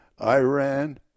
Iran